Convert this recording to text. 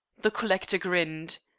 the collector grinned.